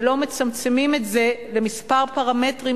ולא מצמצמים את זה לכמה פרמטרים,